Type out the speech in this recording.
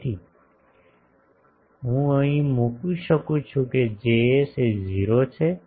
તેથી તેથી જ હું મૂકી શકું છું કે Js એ 0 છે